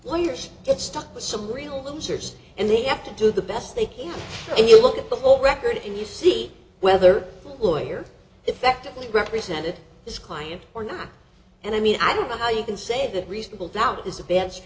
lawyers get stuck with some real losers and they have to do the best they can and you look at the whole record and you see whether lawyers effectively represented this client or not and i mean i don't know how you can say that reasonable doubt i